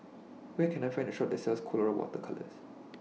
Where Can I Find A Shop that sells Colora Water Colours